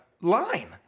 line